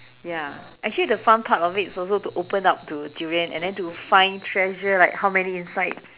ya actually the fun part of it is also to open up the durian and to find treasure like how many inside